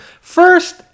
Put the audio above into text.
first